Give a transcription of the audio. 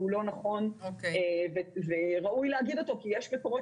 הוא לא נכון וראוי לומר את זה כי יש מקומות